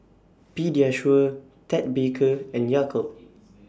Pediasure Ted Baker and Yakult